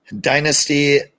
dynasty